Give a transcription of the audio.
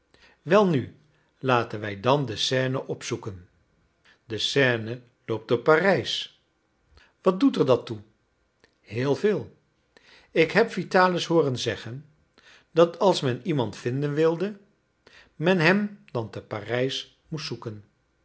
welnu laten wij dan de seine opzoeken de seine loopt door parijs wat doet er dat toe heel veel ik heb vitalis hooren zeggen dat als men iemand vinden wilde men hem dan te parijs moest zoeken